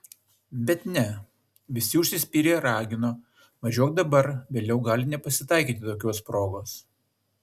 bet ne visi užsispyrę ragino važiuok dabar vėliau gali nepasitaikyti tokios progos